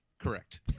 correct